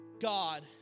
God